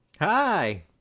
Hi